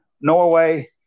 Norway